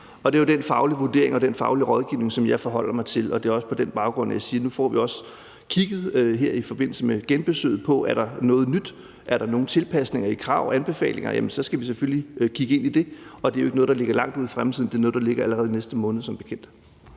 det er også på den baggrund, jeg siger, at nu får vi også i forbindelse med genbesøget kigget på, om der er noget nyt, og er der nogen tilpasninger i krav og anbefalinger, skal vi selvfølgelig kigge ind i det. Det er jo ikke noget, der ligger langt ude i fremtiden; det er noget, der som bekendt